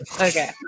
Okay